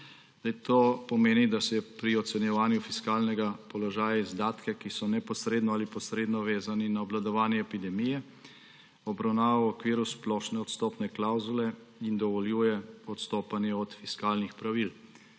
To pomeni, da se pri ocenjevanju fiskalnega položaja izdatke, ki so neposredno ali posredno vezani na obvladovanje epidemije, obravnava v okviru splošne odstopne klavzule in dovoljuje odstopanje od fiskalnih pravil.